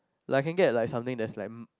like I can get like something that's like m~